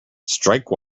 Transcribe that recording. strike